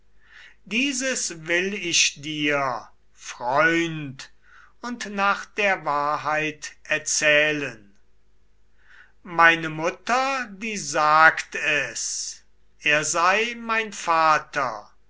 dieses will ich dir freund und nach der wahrheit erzählen meine mutter die sagt es er sei mein vater